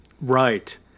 right